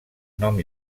nom